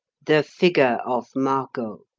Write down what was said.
the figure of margot,